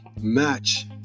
match